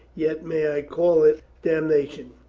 yet may i call it damnation.